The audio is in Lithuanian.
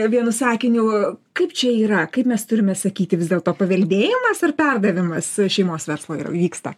vienu sakiniu kaip čia yra kaip mes turime sakyti vis dėlto paveldėjimas ar perdavimas šeimos verslo yra vyksta